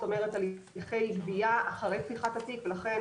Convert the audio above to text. כלומר על הליכי גבייה אחרי פתיחת התיק ולכן